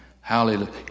Hallelujah